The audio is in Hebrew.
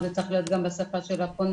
זה צריך להיות גם בשפה של הפונה,